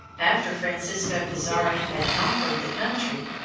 after francisco pizarro had conquered the country,